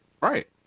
Right